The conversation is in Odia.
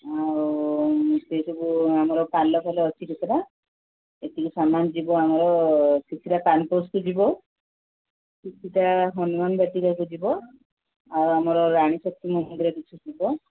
ଆଉ ସେଇ ସବୁ ଆମର ପାଲ ଫାଲ ଅଛି କେତେଟା ଏତିକି ସାମାନ୍ ଯିବ ଆମର କିଛିଟା ପ୍ୟାନ୍ପସ୍କୁ ଯିବ କିଛିଟା ହନୁମାନ ବାଟିକାକୁ ଯିବ ଆଉ ଆମର ରାଣୀ ଶକ୍ତି ମନ୍ଦିରକୁ କିଛି ଯିବ